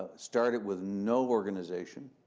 started with no organization,